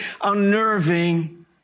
unnerving